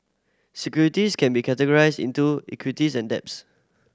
securities can be categorized into equities and debts